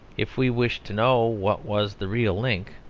if we wish to know what was the real link,